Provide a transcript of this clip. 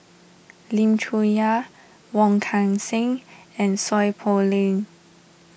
Lim Chong Yah Wong Kan Seng and Seow Poh Leng